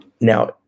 Now